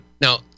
Now